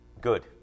good